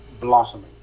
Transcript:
blossoming